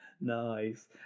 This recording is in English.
nice